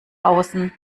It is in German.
außen